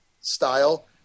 style